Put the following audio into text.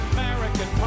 American